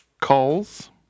Calls